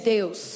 Deus